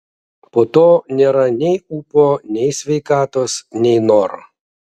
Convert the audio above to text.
po to nėra nei ūpo nei sveikatos nei noro